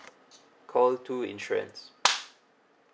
call two insurance